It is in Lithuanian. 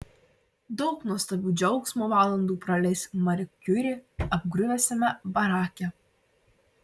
daug nuostabių džiaugsmo valandų praleis mari kiuri apgriuvusiame barake